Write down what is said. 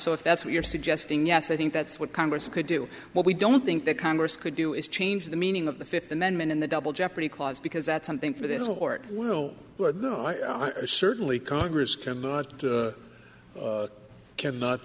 so if that's what you're suggesting yes i think that's what congress could do what we don't think that congress could do is change the meaning of the fifth amendment in the double jeopardy clause because that's something for this court will certainly congress cannot cannot